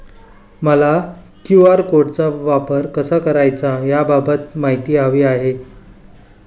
मला क्यू.आर कोडचा वापर कसा करायचा याबाबत माहिती हवी आहे